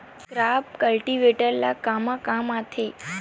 Crop cultivator ला कमा काम आथे?